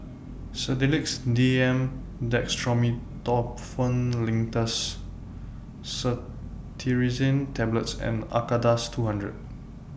Sedilix D M Dextromethorphan Linctus Cetirizine Tablets and Acardust two hundred